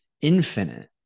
infinite